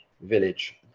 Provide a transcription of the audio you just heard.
village